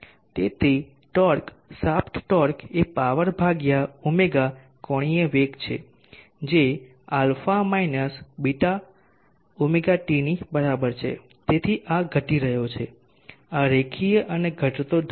તેથી torque shaft torque એ power ભાગ્યા ω કોણીય વેગ છે જે α βωt ની બરાબર છે તેથી આ ઘટી રહ્યો છે આ રેખીય અને ઘટતો ઢાળ છે